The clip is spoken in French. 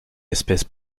espèce